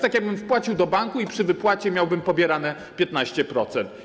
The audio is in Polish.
Tak jakbym wpłacił do banku i przy wypłacie miałbym pobierane 15%.